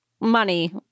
money